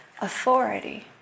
authority